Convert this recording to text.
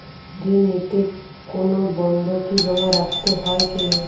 ঋণ নিতে কোনো বন্ধকি জমা রাখতে হয় কিনা?